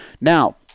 Now